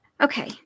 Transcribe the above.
Okay